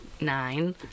nine